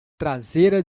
traseira